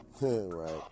Right